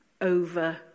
over